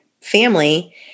family